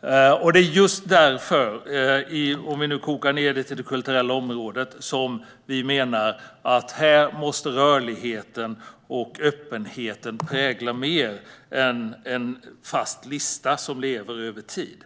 Det är just därför - om vi nu ska koka ned det till det kulturella området - som vi menar att rörligheten och öppenheten här måste prägla mer än en fast lista som lever över tid.